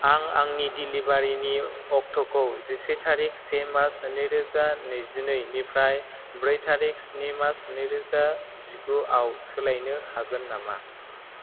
आं आंनि डेलिबारिनि अक्ट'खौ जिसे थारिक से मास नैरोजा नैजिनैनिफ्राय ब्रै थारिक स्नि मास नैरोजा जिगुआव सोलायनो हागोन नामा